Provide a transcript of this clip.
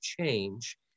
change